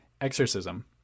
exorcism